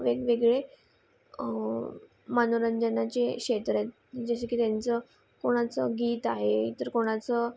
वेगवेगळे मनोरंजनाचे क्षेत्र आहेत जसे की त्यांचं कोणाचं गीत आहे तर कोणाचं